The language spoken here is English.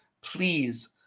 please